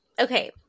okay